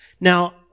Now